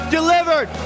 Delivered